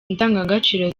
ndangagaciro